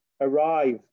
arrive